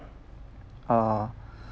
uh